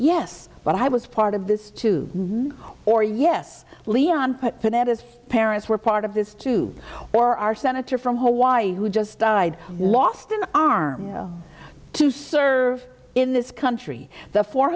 yes but i was part of this to move or yes leon panetta as parents were part of this too or are senator from hawaii who just died lost an arm to serve in this country the four